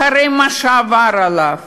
אחרי מה שעבר עליו,